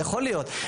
יכול להיות,